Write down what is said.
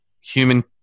human